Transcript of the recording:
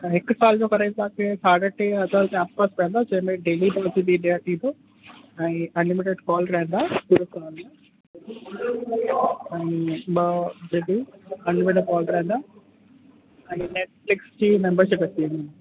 ऐं हिक साल जो कराईंदासीं साढा टे हज़ार जे आस पास पवंदव जंहिंमें डेली तव्हां वटि नेट ईंदो ऐं अनलिमिटिड कॉल रहंदा वीडियो कॉल में ऐं ॿ जी बी अनलिमिटिड कॉल रहंदा ऐं नेट्फ़्लिक्स जी मेम्बरशिप अची वेंदी